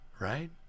right